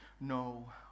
no